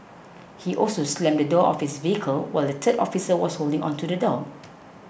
he also slammed the door of his vehicle while the third officer was holding onto the door